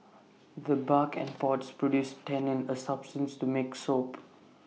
the bark and pods produce tannin A substance to make soap